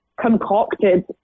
concocted